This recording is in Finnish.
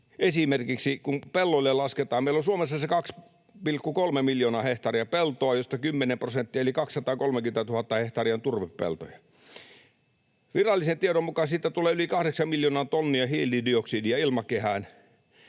esimerkiksi kun pelloille lasketaan... Meillä on Suomessa se 2,3 miljoonaa hehtaaria peltoa, josta 10 prosenttia eli 230 000 hehtaaria on turvepeltoja. Virallisen tiedon mukaan siitä tulee yli 8 miljoonaa tonnia hiilidioksidia ilmakehään.